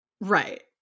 Right